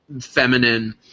feminine